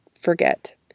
forget